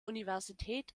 universität